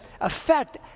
affect